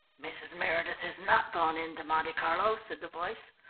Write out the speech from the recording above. mrs. meredith has not gone in to monte carlo, said the voice.